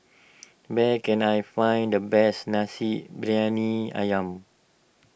where can I find the best Nasi Briyani Ayam